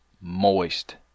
moist